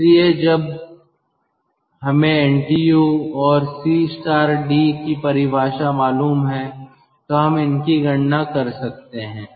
इसलिए जब हमें एनटीयू और सी डी CD की परिभाषा मालूम है तो हम इनकी गणना कर सकते हैं